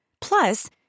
Plus